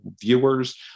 viewers